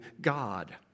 God